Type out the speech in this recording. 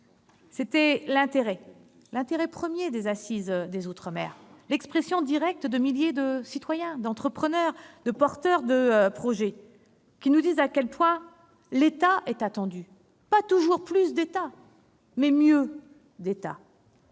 C'était l'intérêt premier des assises des outre-mer : l'expression directe de milliers de citoyens, d'entrepreneurs, de porteurs de projets, qui nous disent à quel point l'État est attendu ! Ce n'est pas toujours plus d'État, mais mieux d'État